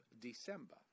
December